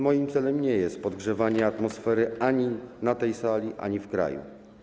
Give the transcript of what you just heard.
Moim celem nie jest podgrzewanie atmosfery ani na tej sali, ani w kraju.